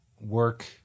work